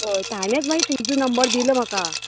होय ताणेंच मागीर तुजो नंबर दिलो म्हाका